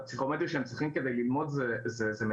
והפסיכומטרי שהם צריכים כדי ללמוד זה מטורף.